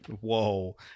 whoa